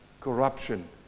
corruption